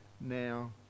now